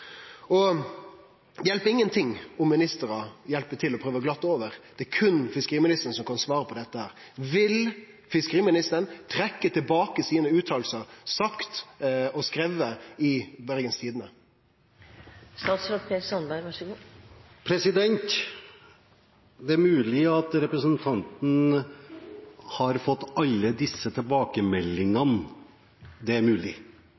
hjelper ingenting om ministrar hjelper til og prøver å glatte over, det er berre fiskeriministeren som kan svare på dette. Vil fiskeriministeren trekkje tilbake utsegnene sine , det som er sagt og skrive i Bergens Tidende? Det er mulig at representanten har fått alle disse tilbakemeldingene. Det er mulig,